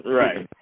right